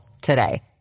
today